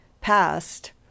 passed